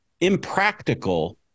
impractical